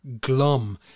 glum